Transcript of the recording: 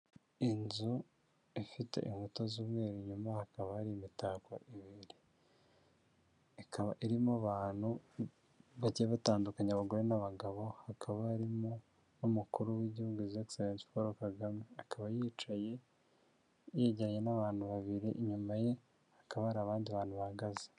Inzu ifite inkuta z'umweru inyuma hakaba hari imitako ibiri, ikaba irimo abantu bajya batandukanya abagore n'abagabo hakaba barimo n'umukuru w'igihugu hizi ekiserense Paul Kagame, akaba yicaye yegeranye n'abantu babiri, inyuma ye hakaba hari abandi bantu bahagaze.